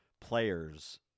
players